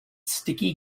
sticky